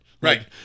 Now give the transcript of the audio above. Right